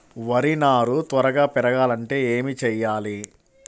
వరి నారు త్వరగా పెరగాలంటే ఏమి చెయ్యాలి?